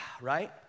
Right